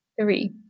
Three